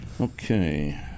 okay